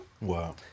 Wow